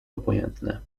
obojętne